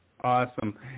awesome